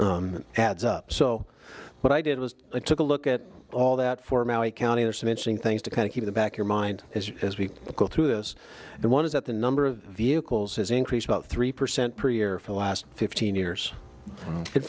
stuff adds up so what i did was i took a look at all that for my county are some interesting things to kind of keep the back your mind as we go through this one is that the number of vehicles has increased about three percent per year for the last fifteen years